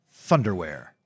Thunderwear